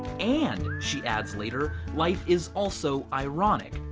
and, she adds later, life is also ironic.